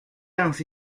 ainsi